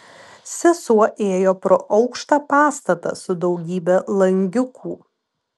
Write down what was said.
sesuo ėjo pro aukštą pastatą su daugybe langiukų